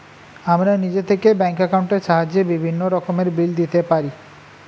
আমরা নিজে থেকেই ব্যাঙ্ক অ্যাকাউন্টের সাহায্যে বিভিন্ন রকমের বিল দিতে পারি